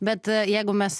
bet jeigu mes